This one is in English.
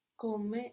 come